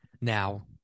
now